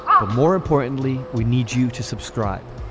but more importantly we need you to subscribe.